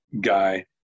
guy